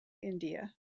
india